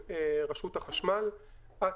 כל